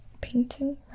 Painting